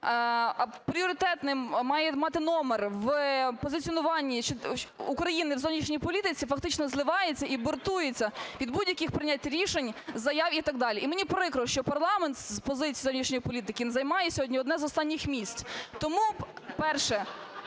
пріоритетний має мати номер в позиціонуванні України в зовнішній політиці, фактично зливається і бортується від будь-яких прийнять рішень, заяв і так далі. І мені прикро, що парламент з позиції зовнішньої політики займає сьогодні одне з останніх місць. Тому перше.